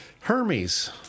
Hermes